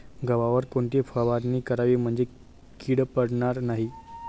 गव्हावर कोणती फवारणी करावी म्हणजे कीड पडणार नाही?